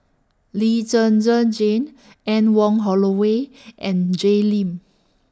Lee Zhen Zhen Jane Anne Wong Holloway and Jay Lim